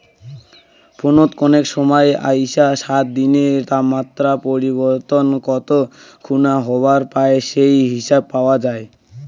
ফোনত কনেক সমাই আইসা সাত দিনের তাপমাত্রা পরিবর্তন কত খুনা হবার পায় সেই হিসাব পাওয়া যায়